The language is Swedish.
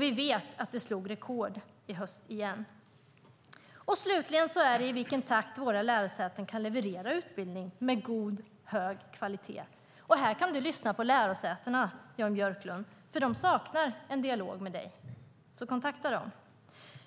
Vi vet att det slog rekord i höst igen. Slutligen handlar det om i vilken takt våra lärosäten kan leverera utbildning av god kvalitet. Här kan du lyssna på lärosätena, Jan Björklund. De saknar en dialog med dig, så kontakta dem.